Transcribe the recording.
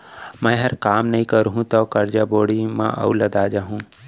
मैंहर काम नइ करहूँ तौ करजा बोड़ी म अउ लदा जाहूँ